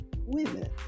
women